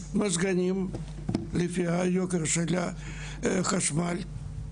כן, הייתי רוצה להתייחס ברשותך לשני דברים.